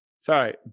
Sorry